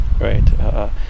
right